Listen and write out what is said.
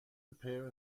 appear